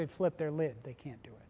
they flip their lives they can't do it